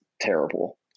terrible